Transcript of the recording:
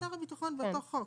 שר הביטחון באותו חוק.